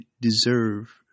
deserve